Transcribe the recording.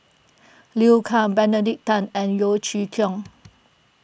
Liu Kang Benedict Tan and Yeo Chee Kiong